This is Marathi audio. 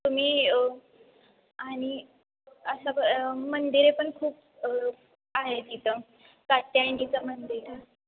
तुम्ही आणि असं मंदिर आहे पण खूप आहेत इथं कात्यायणीचं मंदिर